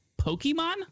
Pokemon